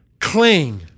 Cling